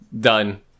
Done